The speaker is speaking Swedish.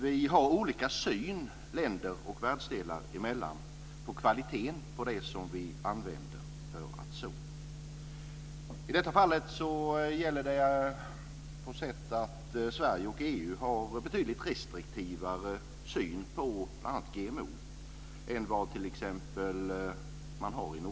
Vi har i olika länder och världsdelar olika syn på kvaliteten på utsäde. Sverige och EU har en betydligt mer restriktiv syn på GMO än man har i t.ex. Nordamerika.